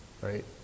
right